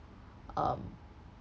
um